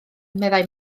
meddai